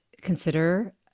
consider